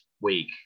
week